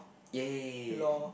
ya